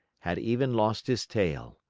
had even lost his tail.